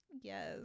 yes